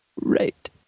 Right